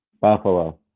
Buffalo